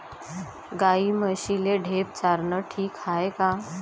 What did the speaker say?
गाई म्हशीले ढेप चारनं ठीक हाये का?